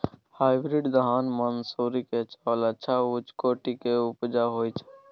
Hybrid धान मानसुरी के चावल अच्छा उच्च कोटि के उपजा होय छै?